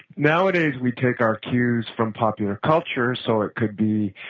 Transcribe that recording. nowadays, we take our cues from popular culture, so it could be,